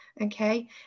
okay